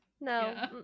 no